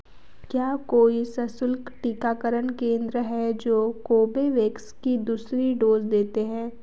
क्या कोई सशुल्क टीकाकरण केंद्र है जो कोर्बेवैक्स की दूसरी डोज़ देते हैं